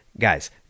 guys